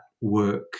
work